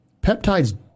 peptides